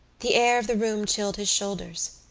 the air of the room chilled his shoulders.